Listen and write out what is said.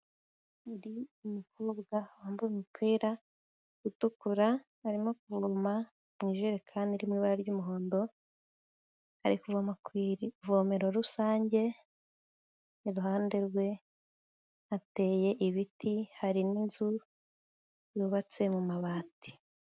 Ndi umukobwa wambaye umupira utukura, arimo kuvoma mu ijerekani iri mu ibara ry'umuhondo, ari kuvoma ku ivomero rusange, iruhande rwe hateye ibiti, hari n'inzu yubatse mu mabati.